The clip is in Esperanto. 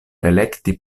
elekti